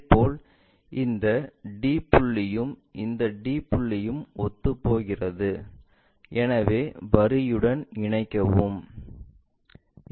இதேபோல் இந்த d புள்ளியும் இந்த d புள்ளியும் ஒத்துப்போகிறது எனவே வரியுடன் இணைக்கவும்